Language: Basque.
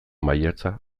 maiatza